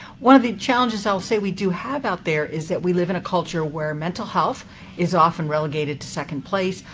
one of the challenges i will say we do have out there is that we live in a culture where mental health is often relegated to place,